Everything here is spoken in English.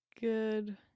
Good